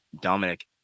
Dominic